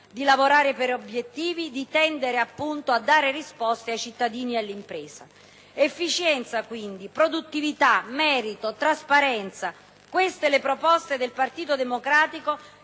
di lavorare per obiettivi, di tendere a dare risposte ai cittadini e all'impresa. Efficienza, quindi, produttività, merito, trasparenza: queste le proposte del Partito Democratico,